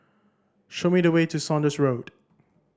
show me the way to Saunders Road